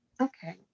okay